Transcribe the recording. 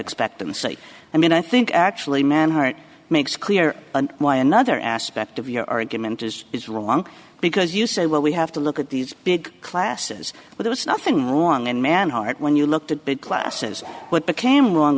expectancy i mean i think actually manhart makes clear why another aspect of your argument is it's wrong because you say well we have to look at these big classes but there's nothing wrong in man heart when you looked at big classes what became wrong